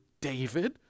David